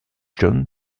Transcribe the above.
john